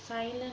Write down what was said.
silent